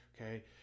Okay